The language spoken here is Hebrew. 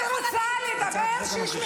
נמאס לי ממך.